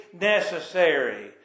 necessary